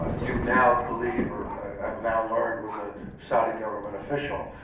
ah you now believe, or have now learned, was a saudi government official,